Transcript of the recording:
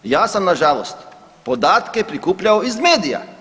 Ja sam nažalost podatke prikupljao iz medija.